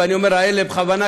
ואני אומר "האלה" בכוונה,